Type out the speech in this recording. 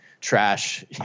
Trash